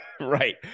right